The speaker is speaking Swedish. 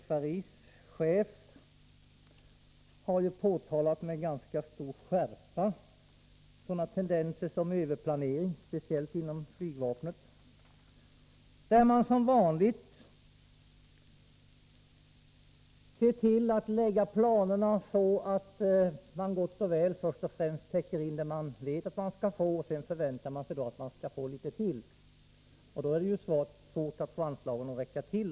FRI:s chef har med ganska stor skärpa påtalat tendenser till överplanering, speciellt inom flygvapnet där man som vanligt ser till att lägga planerna så, att man först och främst gott och väl täcker in det man vet att man skall få. Sedan förväntar man sig att man skall få litet till. Om man år efter år fortsätter med ett sådant förfarande är det ju mycket svårt att få anslagen att räcka till.